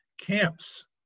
camps